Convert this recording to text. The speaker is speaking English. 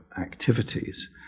activities